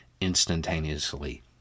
instantaneously